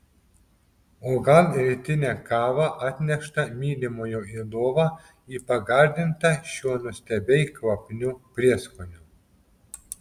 o gal rytinę kavą atneštą mylimojo į lovą į pagardintą šiuo nuostabiai kvapniu prieskoniu